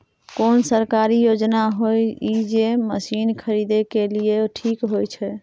कोन सरकारी योजना होय इ जे मसीन खरीदे के लिए ठीक होय छै?